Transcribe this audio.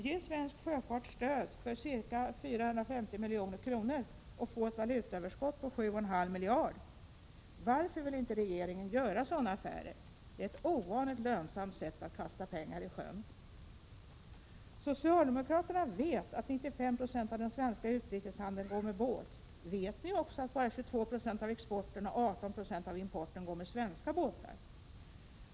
Ge svensk sjöfart stöd för ca 450 milj.kr. och få ett valutaöverskott på 7,5 miljarder! Varför vill inte regeringen göra sådana affärer? Det är ett ovanligt lönsamt sätt att kasta pengar i sjön. Socialdemokraterna vet att 95 96 av den svenska utrikeshandeln går med båt. Vet ni också att bara 22 96 av exporten och 18 26 av importen går med svenska båtar?